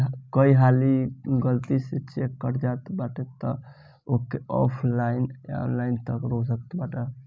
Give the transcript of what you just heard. कई हाली गलती से चेक कट जात बाटे तअ तू ओके ऑनलाइन रोक सकत बाटअ